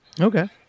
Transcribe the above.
okay